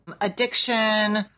addiction